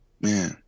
Man